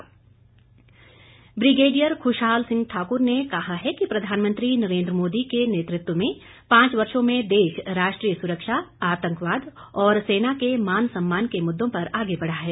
Khushal Singh brigadier Khushal Singh Thakur ने कहा है कि प्रधानमंत्री नरेन्द्र मोदी के नेतृत्व में पांच वर्षो में देश राष्ट्रीय सुरक्षा आतंकवाद और सेना के मान सम्मान के मुद्दों पर आगे बढ़ा है